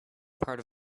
part